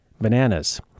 bananas